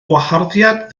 gwaharddiad